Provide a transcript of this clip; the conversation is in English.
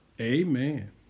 Amen